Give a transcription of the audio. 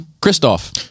christoph